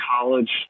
college